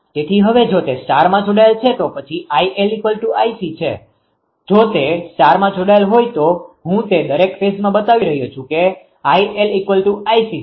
તેથી હવે જો તે સ્ટારમાં જોડાયેલ છે તો પછી 𝐼𝐿𝐼𝐶 છે જો તે સ્ટારમાં જોડાયેલ હોઈ તો હું તે દરેક ફેઝમાં બતાવી રહ્યો છુ કે 𝐼𝐿𝐼𝐶 છે